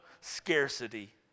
scarcity